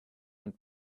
and